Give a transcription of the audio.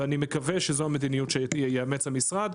ואני מקווה שזו המדיניות שיאמץ המשרד.